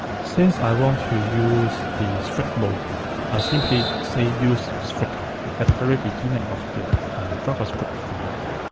since i want to use the strict mode, i simply say use strict at the very beginning of the javascript file.